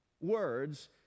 words